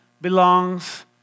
belongs